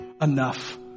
enough